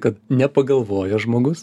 kad nepagalvojo žmogus